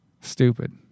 Stupid